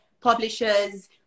publishers